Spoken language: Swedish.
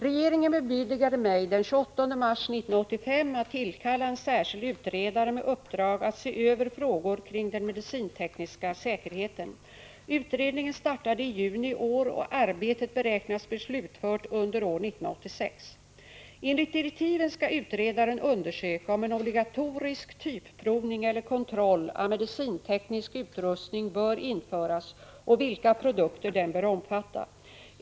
Regeringen bemyndigade mig den 28 mars 1985 att tillkalla en särskild utredare med uppdrag att se över frågor kring den medicintekniska säkerheten. Utredningen startade i juni i år och arbetet beräknas bli slutfört under år 1986. Enligt direktiven skall utredaren undersöka om en obligatorisk typprovning eller kontroll av medicinteknisk utrustning bör införas och vilka produkter den bör omfatta.